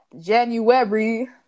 january